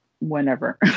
whenever